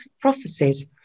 prophecies